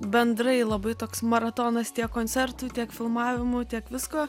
bendrai labai toks maratonas tiek koncertų tiek filmavimų tiek visko